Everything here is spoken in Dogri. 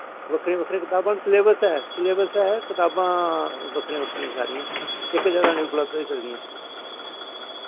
बक्खरी बक्खरियां कताबां न सलेबस ऐ सलेबस ऐ कताबां बक्खरियां बक्खरियां न सारियां इक ज'गा निं उपलब्ध होई सकदियां